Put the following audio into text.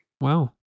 Wow